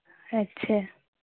अच्छा